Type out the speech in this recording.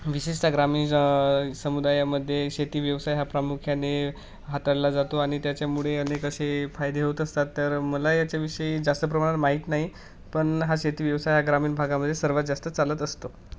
विशेषतः ग्रामीण समुदायामध्ये शेती व्यवसाय हा प्रामुख्याने हाताळला जातो आणि त्याच्यामुळे अनेक असे फायदे होत असतात तर मला याच्याविषयी जास्त प्रमाणात माहीत नाही पण हा शेती व्यवसाय हा ग्रामीण भागामध्ये सर्वात जास्त चालत असतो